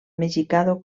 mexicà